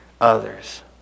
others